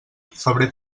febrer